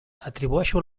atribueixo